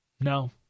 No